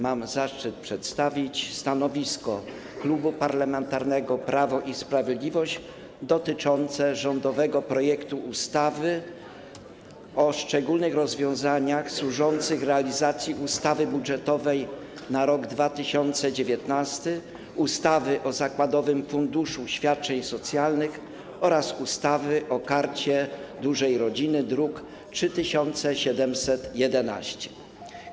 Mam zaszczyt przedstawić stanowisko Klubu Parlamentarnego Prawo i Sprawiedliwość dotyczące rządowego projektu ustawy o szczególnych rozwiązaniach służących realizacji ustawy budżetowej na rok 2019, ustawy o zakładowym funduszu świadczeń socjalnych oraz ustawy o Karcie Dużej Rodziny, druk nr 3771.